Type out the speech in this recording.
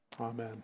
Amen